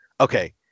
Okay